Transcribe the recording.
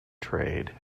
trade